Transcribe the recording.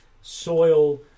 soil